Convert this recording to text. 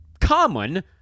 common